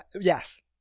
Yes